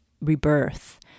rebirth